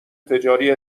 تجاری